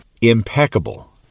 Impeccable